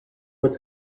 with